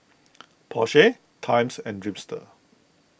Porsche Times and Dreamster